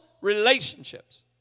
relationships